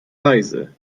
reise